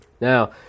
Now